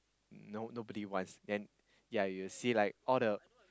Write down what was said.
nobody wants you will see like all the